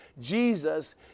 Jesus